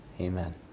Amen